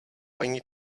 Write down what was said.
ani